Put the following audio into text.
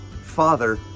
Father